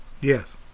Yes